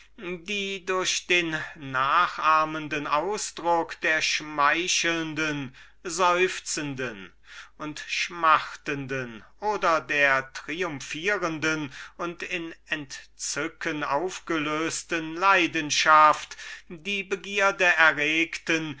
die durch den nachahmenden ausdruck des verschiednen tons der schmeichelnden seufzenden und schmachtenden oder der triumphierenden und in entzückung aufgelösten leidenschaft die begierde erregten